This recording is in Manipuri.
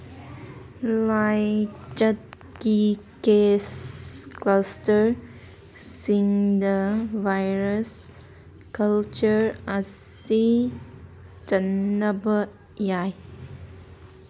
ꯂꯥꯏꯆꯠꯀꯤ ꯀꯦꯁ ꯀ꯭ꯂꯁꯇꯔꯁꯤꯡꯗ ꯚꯥꯏꯔꯁ ꯀꯜꯆꯔ ꯑꯁꯤ ꯆꯟꯅꯕ ꯌꯥꯏ